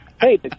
hey